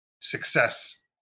success